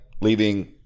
leaving